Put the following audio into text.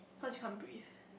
cause you can't breath